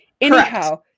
Anyhow